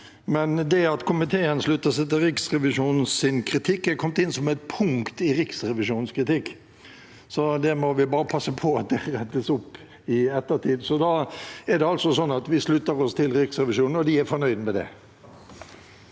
men det at komiteen slutter seg til Riksrevisjonens kritikk, er kommet inn som et punkt i Riksrevisjonens kritikk, så det må vi bare passe på at rettes opp i ettertid. Det er altså slik at vi slutter oss til Riksrevisjonen, og de er fornøyd med det.